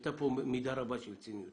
הייתה פה מידה רבה של ציניות.